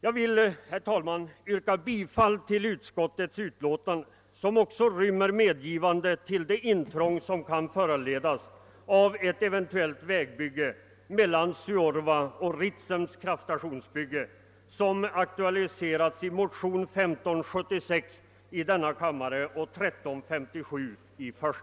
Jag ber, herr talman, att få yrka bifall till utskottets hemställan, som också rymmer medgivande av det intrång som kan föranledas av ett eventuellt vägbygge mellan Suorva och Ritsems